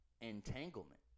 entanglement